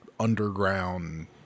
underground